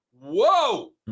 whoa